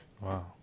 Wow